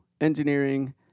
engineering